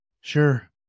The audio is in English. Sure